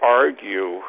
argue